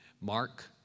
Mark